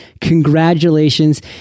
Congratulations